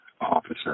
officer